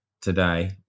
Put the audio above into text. today